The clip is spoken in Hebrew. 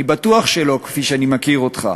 אני בטוח שלא, כפי שאני מכיר אותך.